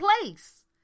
place